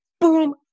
boom